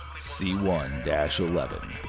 C1-11